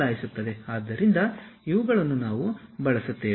ಆದ್ದರಿಂದ ಇವುಗಳನ್ನು ನಾವು ಬಳಸುತ್ತೇವೆ